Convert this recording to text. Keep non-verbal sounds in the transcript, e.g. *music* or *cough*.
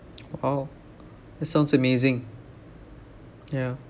*noise* !wow! that sounds amazing yeah